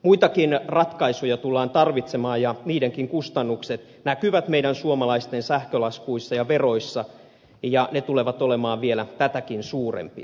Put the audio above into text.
muitakin ratkaisuja tullaan tarvitsemaan ja niidenkin kustannukset näkyvät meidän suomalaisten sähkölaskuissa ja veroissa ja ne tulevat olemaan vielä tätäkin suurempia